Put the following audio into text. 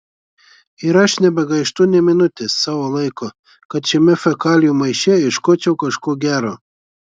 ir aš nebegaištu nė minutės savo laiko kad šiame fekalijų maiše ieškočiau kažko gero